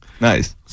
Nice